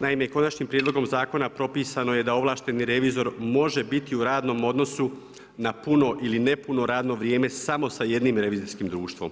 Naime, konačnim prijedlogom zakona propisano je da ovlašteni revizor može biti u radnom odnosu na puno ili ne puno radno vrijeme samo sa jednim revizorskim društvom,